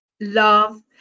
love